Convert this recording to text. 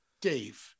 Dave